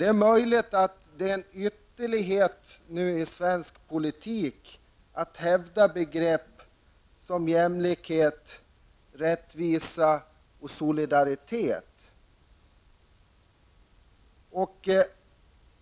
Det är möjligt att det är en ytterlighet nu i svensk politik att hävda begrepp som jämlikhet, rättvisa och solidaritet.